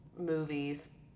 movies